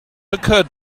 occurred